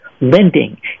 lending